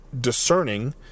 discerning